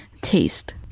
Taste